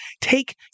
take